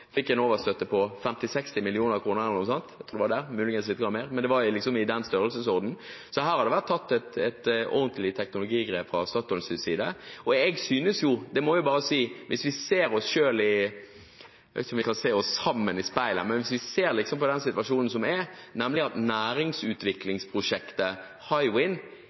fikk en støtte på 50–60 mill. kr eller noe sånt – muligens noe mer, men i den størrelsesordenen – så her har det vært tatt et ordentlig teknologigrep fra Statoils side. Og jeg synes jo at hvis vi ser oss selv i speilet – jeg vet ikke om vi kan se oss sammen i speilet – og ser på den situasjonen vi har, nemlig at næringsutviklingsprosjektet